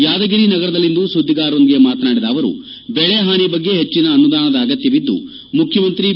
ಯಾದಗಿರಿ ನಗರದಲ್ಲಿಂದು ಸುದ್ಗಿಗಾರರೊಂದಿಗೆ ಮಾತನಾಡಿದ ಅವರು ಬೆಳೆ ಹಾನಿ ಬಗ್ಗೆ ಹೆಜ್ಜಿನ ಅನುದಾನದ ಅಗತ್ಯವಿದ್ದು ಮುಖ್ಯಮಂತ್ರಿ ಬಿ